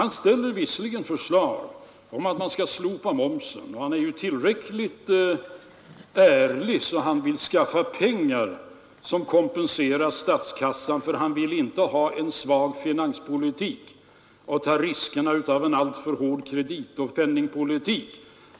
När han föreslår att man skall slopa momsen är han visserligen tillräckligt ärlig för att vilja skaffa pengar som kompenserar statskassan för inkomstbortfallet han vill inte ha en svag finanspolitik eller ta risken av en alltför hård kreditoch penningpolitik.